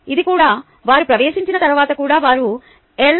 ఇక్కడ కూడా వారు ప్రవేశించిన తర్వాత కూడా వారు ఎల్